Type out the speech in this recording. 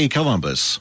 Columbus